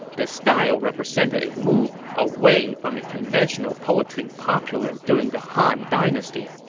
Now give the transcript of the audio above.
this style represented a move away from the conventional poetry popular during the han dynasty.